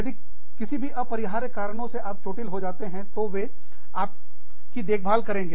यदि किसी भी अपरिहार्य कारणों से आप चोटिल हो जाते हैं तो वे आप की देखभाल करेंगे